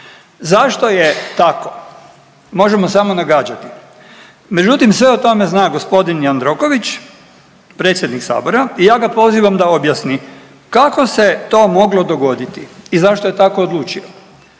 Zašto je tako, možemo samo nagađati međutim sve o tome zna gospodin Jandroković, predsjednik sabora i ja ga pozivam da objasni kako se to moglo dogoditi i zašto je tako odlučio.